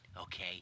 okay